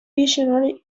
visionary